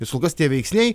vis kol kas tie veiksniai